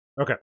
Okay